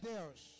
Deus